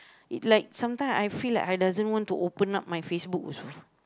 it like sometime I feel like I doesn't want to open up my Facebook also